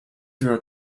through